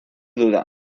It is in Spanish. duda